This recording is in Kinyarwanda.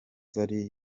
zari